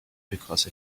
because